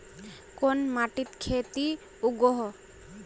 कोन माटित खेती उगोहो?